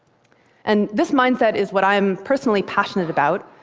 and this mindset is what i'm personally passionate about.